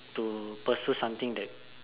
to pursue something that